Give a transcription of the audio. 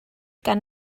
gan